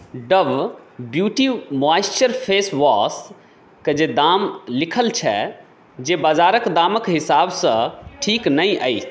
dub beauty moisture face वाशके जे दाम लिखल छै जे बाजारक दामक हिसाबसँ ठीक नहि अछि